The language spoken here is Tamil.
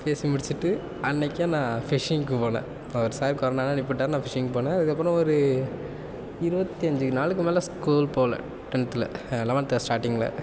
பேசி முடிச்சிட்டு அன்றைக்கே நான் ஃபிஷ்ஷிங்க்கு போனேன் என்ன ஒரு சார் கொரோனான்னு அனுப்பி விட்டார் நான் ஃபிஷ்ஷிங் போனேன் அதுக்கப்புறம் ஒரு இருபத்தஞ்சு நாளுக்கு மேலே ஸ்கூல் போகல டென்த்தில் லெவன்த்து ஸ்டாட்டிங்ல